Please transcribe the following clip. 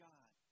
God